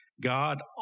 God